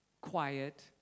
quiet